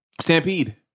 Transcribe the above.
Stampede